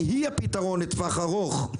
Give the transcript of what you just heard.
והיא הפתרון לטווח ארוך.